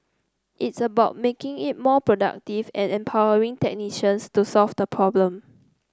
it's about making it more productive and empowering technicians to solve the problem